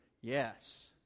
yes